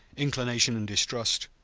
inclination and distrust,